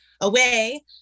away